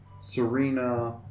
Serena